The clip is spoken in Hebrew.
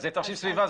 אז זה תרשים סביבה.